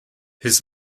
his